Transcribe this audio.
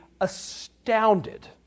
astounded